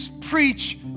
preach